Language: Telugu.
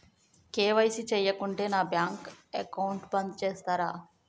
కే.వై.సీ చేయకుంటే నా బ్యాంక్ అకౌంట్ బంద్ చేస్తరా?